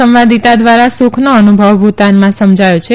સંવાદિતા દ્વારા સુખનો અનુભવ ભુતાનમાં સમજાયો છે